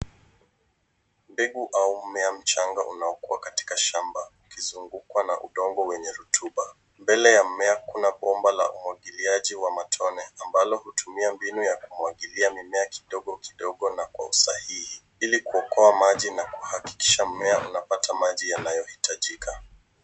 Mbegu, au mmea mchanga unaokua katika shamba, ukizungukwa na udongo wenye rotuba. Mbele ya mmea, kuna bomba la umwangiliaji wa matone, ambalo hutumia mbinu ya kumwangilia mimea kidogo kidogo, na kwa usahihi, ili kuokoa maji na kuhakikisha mmea unapata maji yanayohitajika.